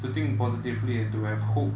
to think positively and to have hope